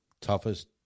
toughest